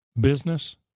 business